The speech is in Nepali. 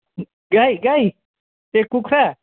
गाई गाई ए कुखुरा